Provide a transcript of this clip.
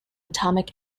atomic